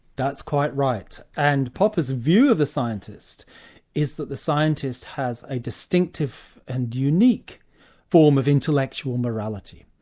that's quite right, and popper's view of the scientist is that the scientist has a distinctive and unique form of intellectual morality,